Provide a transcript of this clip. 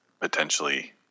potentially